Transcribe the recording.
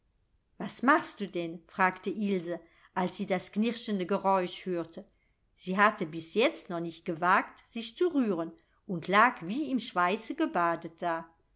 was machst du denn fragte ilse als sie das knirschende geräusch hörte sie hatte bis jetzt noch nicht gewagt sich zu rühren und lag wie im schweiße gebadet da